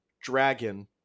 dragon